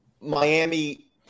Miami –